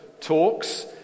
talks